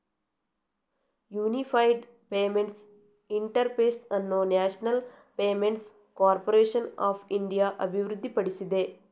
unified payments interface ಅನ್ನು national payments corporation of India ಅಭಿವೃದ್ಧಿಪಡಿಸಿದೆ